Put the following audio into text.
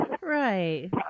right